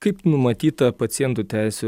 kaip numatyta pacientų teisių